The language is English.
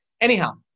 Anyhow